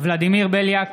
ולדימיר בליאק,